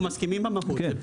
אנחנו מסכימים במהות,